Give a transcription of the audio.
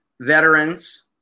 veterans